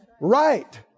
Right